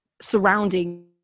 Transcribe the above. surrounding